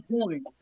point